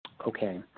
Okay